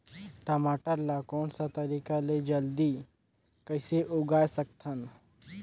टमाटर ला कोन सा तरीका ले जल्दी कइसे उगाय सकथन?